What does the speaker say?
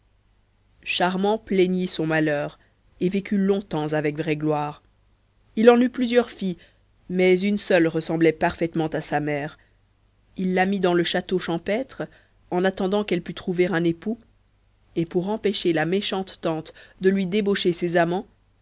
charmant plaignit son malheur et vécut longtemps avec vraie gloire il en eut plusieurs filles mais une seule ressemblait parfaitement à sa mère il la mit dans le château champêtre en attendant qu'elle pût trouver un époux et pour empêcher la méchante tante de lui débaucher ses amants